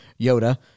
Yoda